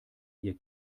ihr